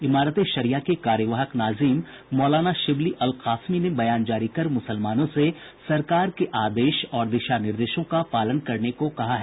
इमारत ए शरिया के कार्यवाहक नाजिम मौलाना शिबली अल कासमी ने बयान जारी कर मुसलमानों से सरकार के आदेश और दिशा निर्देशों का पालन करने को कहा है